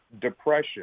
depression